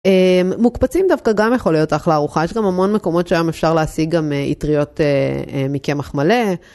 מוקפצים דווקא גם יכול להיות אחלה ארוחה, יש גם המון מקומות שהיום אפשר להשיג גם אטריות מקמח מלא.